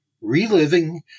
Reliving